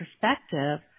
perspective